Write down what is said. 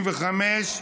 35)